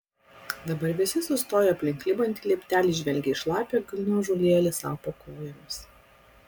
dabar visi sustoję aplink klibantį lieptelį žvelgė į šlapią gniužulėlį sau po kojomis